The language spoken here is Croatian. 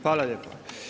Hvala lijepa.